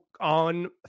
on